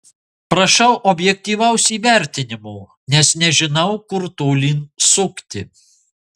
prašau objektyvaus įvertinimo nes nežinau kur tolyn sukti